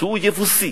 שהוא יבוסי.